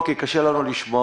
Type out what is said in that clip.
ואם הוא ייכנס לשלוט